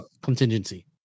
contingency